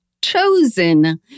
chosen